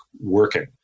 working